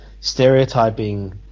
stereotyping